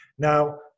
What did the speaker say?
Now